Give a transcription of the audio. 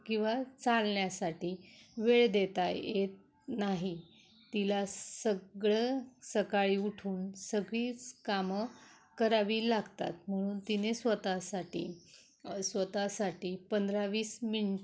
किंवा चालण्यासाठी वेळ देता येत नाही तिला सगळं सकाळी उठून सगळीच कामं करावी लागतात म्हणून तिने स्वतःसाठी स्वतःसाठी पंधरा वीस मिन